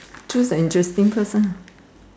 choose an interesting person